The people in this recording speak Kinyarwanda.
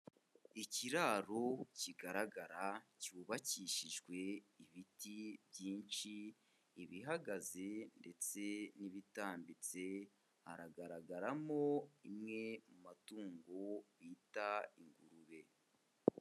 Ikiraro kigaragara cyubakishijwe ibiti byinshi, ibihagaze ndetse n'ibitambitse, haragaragaramo imwe mu matungo bita ingurube.